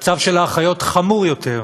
מצב האחיות חמור יותר: